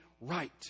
right